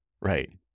Right